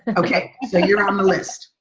ok. so you're on the list.